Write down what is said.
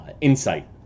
insight